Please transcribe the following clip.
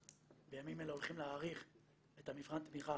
בימים אלה אנחנו הולכים להאריך את מבחן התמיכה